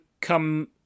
come